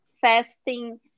fasting